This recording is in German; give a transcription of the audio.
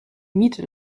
miete